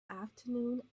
afternoon